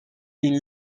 une